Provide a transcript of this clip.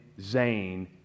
Zane